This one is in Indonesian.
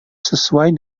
sesuai